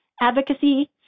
Advocacy